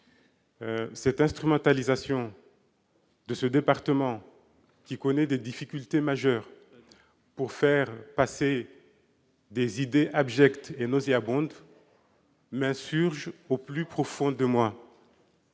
telle instrumentalisation de ce département, qui connaît des difficultés majeures, pour faire passer des idées abjectes et nauséabondes m'indigne profondément